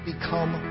become